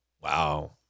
Wow